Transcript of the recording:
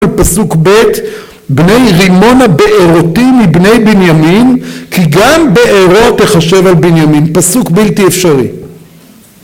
פסוק ב׳ בני רימון הבארותים מבני בנימין כי גם בארו תחשב על בנימין פסוק בלתי אפשרי